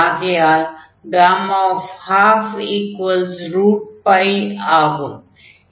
ஆகையால் 12 ஆகும்